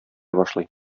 башлый